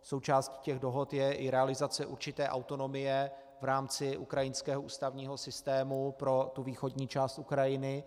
Součástí těch dohod je i realizace určité autonomie v rámci ukrajinského ústavního systému pro východní část Ukrajiny.